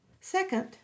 Second